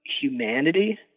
humanity